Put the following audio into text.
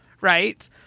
right